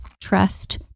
trust